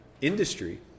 industry